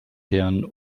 herrn